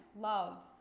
love